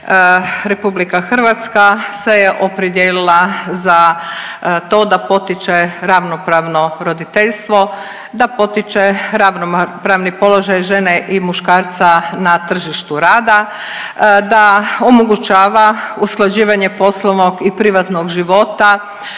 RH se je opredijelila za to da potiče ravnopravno roditeljstvo, da potiče ravnopravni položaj žene i muškarca na tržištu rada, da omogućava usklađivanje poslovnog i privatnog života